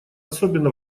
особенно